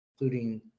including